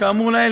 כאמור לעיל,